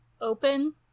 open